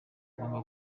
ugomba